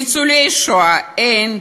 לניצולי שואה אין,